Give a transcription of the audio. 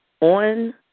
on